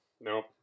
Nope